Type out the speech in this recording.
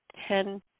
Ten